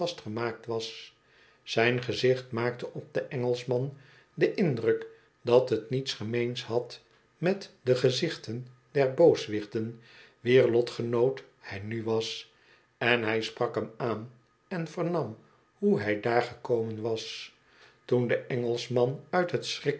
vastgemaakt was zijn gezicht maakte op den engelschman den indruk dat het niets gemeens had met de gezichten der booswichten wier lotgenoot hij nu was en hij sprak hem aan en vernam hoe hij daar gekomen was toen de engelschman uit het